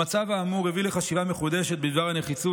המצב האמור הביא לחשיבה מחודשת בדבר הנחיצות